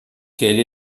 quelle